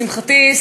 לשמחתי,